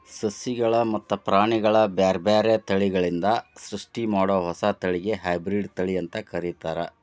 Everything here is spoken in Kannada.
ಸಸಿಗಳು ಮತ್ತ ಪ್ರಾಣಿಗಳ ಬ್ಯಾರ್ಬ್ಯಾರೇ ತಳಿಗಳಿಂದ ಸೃಷ್ಟಿಮಾಡೋ ಹೊಸ ತಳಿಗೆ ಹೈಬ್ರಿಡ್ ತಳಿ ಅಂತ ಕರೇತಾರ